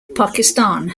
pakistan